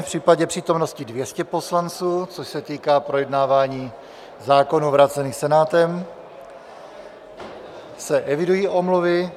V případě přítomnosti 200 poslanců, což se týká projednávání zákonů vrácených Senátem, se evidují omluvy.